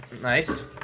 Nice